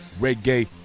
Reggae